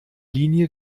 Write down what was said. linie